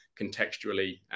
contextually